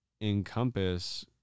encompass